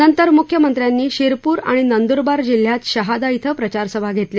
नंतर मुख्यमंत्र्यांनी शिरपूर आणि नंदुरबार जिल्ह्यात शहादा धिं प्रचारसभा घेतल्या